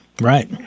Right